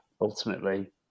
ultimately